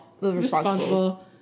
responsible